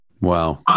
Wow